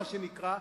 מה שנקרא,